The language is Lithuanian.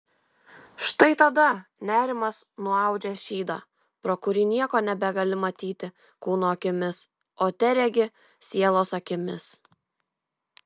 štai tada nerimas nuaudžia šydą pro kurį nieko nebegali matyti kūno akimis o teregi sielos akimis